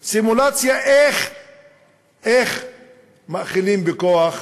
סימולציה, איך מאכילים בכוח